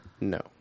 no